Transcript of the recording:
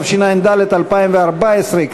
התשע"ד 2014,